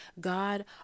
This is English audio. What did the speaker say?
God